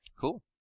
Cool